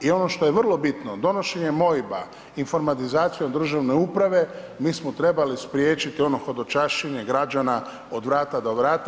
I ono što je vrlo bitno donošenjem OIB-a informatizacijom državne uprave, mi smo trebali spriječiti ono hodočašćenje građana od vrata do vrata.